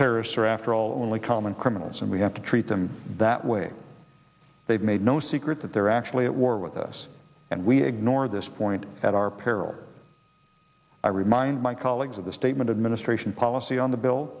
terrorists are after all only common criminals we have to treat them that way they've made no secret that they're actually at war with us and we ignore this point at our peril i remind my colleagues of the statement administration policy on the bill